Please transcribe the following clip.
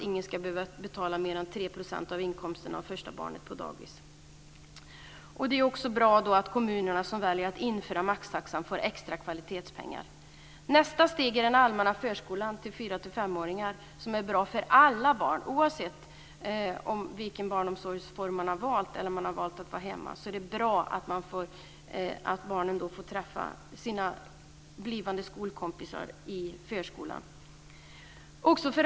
Ingen ska behöva betala mer än 3 % av inkomsten för första barnet på dagis. Det är också bra att kommuner som väljer att införa maxtaxan får extra kvalitetspengar. Nästa steg är den allmänna förskolan för 4-5 åringar. Det är bra för alla barn. Oavsett vilken barnomsorgsform man har valt, t.ex. att vara hemma, är det bra att barnen får träffa sina blivande skolkompisar i förskolan.